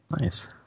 nice